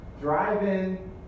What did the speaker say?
Drive-In